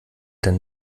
denn